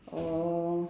orh